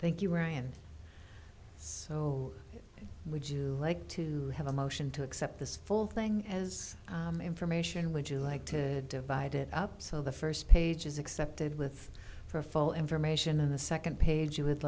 thank you ryan so would you like to have a motion to accept this full thing as information would you like ted divide it up so the first page is accepted with for full information on the second page i would